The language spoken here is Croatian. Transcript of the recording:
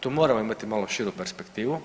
Tu moramo imati malo širu perspektivu.